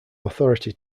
authority